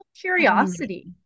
curiosity